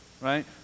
right